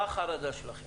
מה החרדה שלכם?